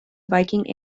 viking